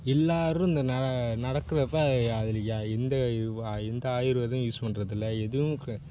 எல்லோரும் இந்த ந நடக்கிறப்ப அது அதில் ய எந்த இது வா எந்த ஆயுர்வேதம் யூஸ் பண்றதில்லை எதுவும் க